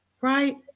right